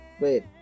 Wait